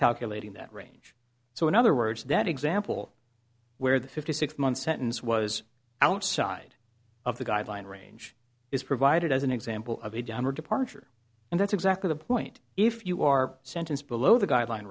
calculating that range so in other words that example where the fifty six month sentence was outside of the guideline range is provided as an example of a downward departure and that's exactly the point if you are sentence below the guideline